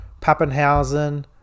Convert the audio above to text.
Pappenhausen